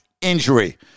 injury